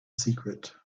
secret